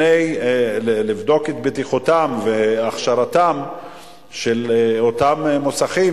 לבדוק את בטיחותם והכשרתם של אותם מוסכים,